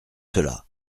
cela